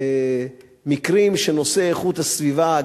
מקרים שנושא איכות הסביבה,